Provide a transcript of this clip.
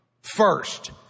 first